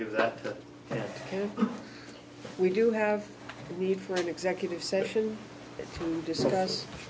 give that that we do have a need for an executive session to discuss